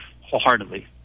wholeheartedly